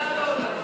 שכנעת אותנו.